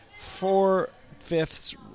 four-fifths